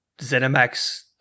ZeniMax